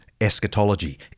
eschatology